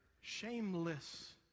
shameless